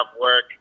work